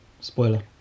Spoiler